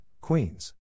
Queens